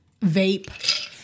vape